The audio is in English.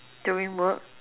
doing work